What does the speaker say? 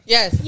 Yes